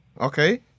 okay